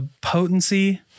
potency